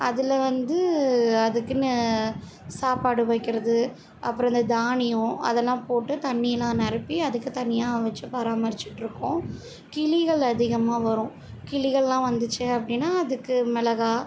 அதில் வந்து அதுக்குனு சாப்பாடு வைக்கிறது அப்புறம் இந்த தானியம் அதெல்லாம் போட்டு தண்ணி எல்லாம் நிரப்பி அதுக்கு தனியாக வெச்சி பராமரிச்சுட்டு இருக்கோம் கிளிகள் அதிகமாக வரும் கிளிகள்லாம் வந்துச்சு அப்படினா அதுக்கு மிளகாய்